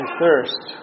thirst